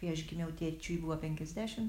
kai aš gimiau tėčiui buvo penkiasdešim